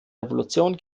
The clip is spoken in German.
revolution